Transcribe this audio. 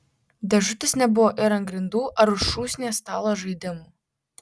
dėžutės nebuvo ir ant grindų ar už šūsnies stalo žaidimų